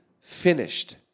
finished